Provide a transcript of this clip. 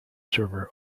server